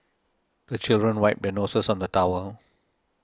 the children wipe their noses on the towel